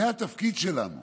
זה התפקיד שלנו.